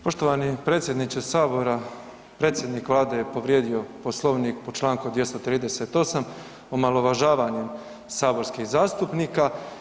Poštovani predsjedniče Sabora, predsjednik Vlade je povrijedio Poslovnik po čl. 238., omalovažavanjem saborskih zastupnika.